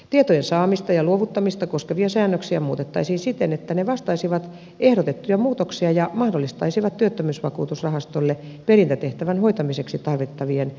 tietojen saamista ja luovuttamista koskevia säännöksiä muutettaisiin siten että ne vastaisivat ehdotettuja muutoksia ja mahdollistaisivat työttömyysvakuutusrahastolle perintätehtävän hoitamiseksi tarvittavien tietojen saannin